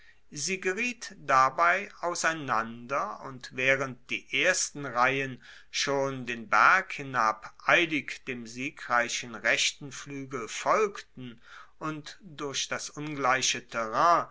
sie geriet dabei auseinander und waehrend die ersten reihen schon den berg hinab eilig dem siegreichen rechten fluegel folgten und durch das ungleiche terrain